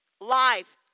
life